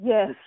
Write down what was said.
Yes